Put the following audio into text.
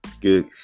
good